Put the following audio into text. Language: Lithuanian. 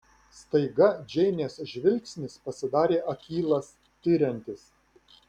staiga džeinės žvilgsnis pasidarė akylas tiriantis